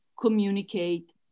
communicate